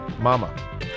Mama